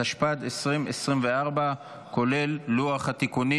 התשפ"ד 2024, כולל לוח התיקונים.